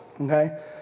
okay